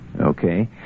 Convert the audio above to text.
Okay